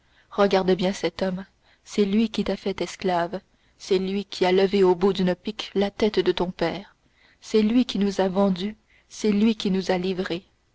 regarde bien cet homme c'est lui qui t'a faite esclave c'est lui qui a levé au bout d'une pique la tête de ton père c'est lui qui nous a vendues c'est lui qui nous a livrées